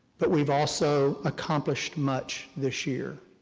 but we've also accomplished much this year.